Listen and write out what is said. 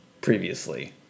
previously